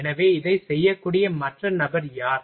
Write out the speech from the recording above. எனவே இதைச் செய்யக்கூடிய மற்ற நபர் யார்